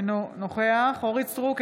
אינו נוכח אורית מלכה סטרוק,